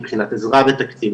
מבחינת עזרה בתקציב,